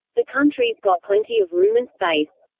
the country's got plenty of room and space.